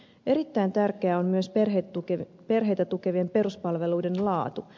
erittäin tärkeää on myös perheitä tukevien peruspalveluiden laatu